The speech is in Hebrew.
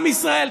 עם ישראל,